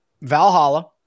Valhalla